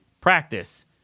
practice